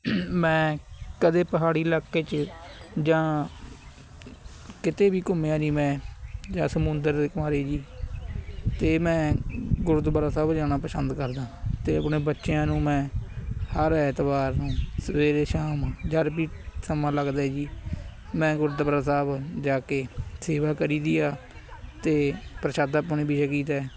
ਮੈਂ ਕਦੇ ਪਹਾੜੀ ਇਲਾਕੇ 'ਚ ਜਾਂ ਕਿਤੇ ਵੀ ਘੁੰਮਿਆ ਨਹੀਂ ਮੈਂ ਜਾਂ ਸਮੁੰਦਰ ਦੇ ਕੁਮਾਰੇ ਜੀ ਅਤੇ ਮੈਂ ਗੁਰਦੁਆਰਾ ਸਾਹਿਬ ਜਾਣਾ ਪਸੰਦ ਕਰਦਾ ਅਤੇ ਆਪਣੇ ਬੱਚਿਆਂ ਨੂੰ ਮੈਂ ਹਰ ਐਤਵਾਰ ਨੂੰ ਸਵੇਰੇ ਸ਼ਾਮ ਜਦ ਵੀ ਸਮਾਂ ਲੱਗਦਾ ਜੀ ਮੈਂ ਗੁਰਦੁਆਰਾ ਸਾਹਿਬ ਜਾ ਕੇ ਸੇਵਾ ਕਰੀਦੀ ਆ ਅਤੇ ਪ੍ਰਸ਼ਾਦਾ ਪਾਣੀ ਵੀ ਛਕੀਦਾ ਏ